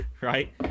right